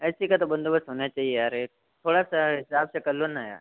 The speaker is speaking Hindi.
ए सी का तो बन्दोबस होना चाहिए यार ये थोड़ा सा हिसाब से कर लो ना यार